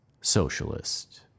socialist